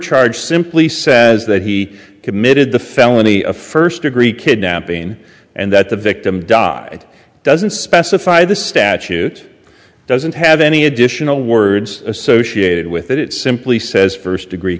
charge simply says that he committed the felony of first degree kidnapping and that the victim died doesn't specify the statute doesn't have any additional words associated with it it simply says first degree